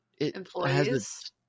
Employees